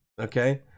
Okay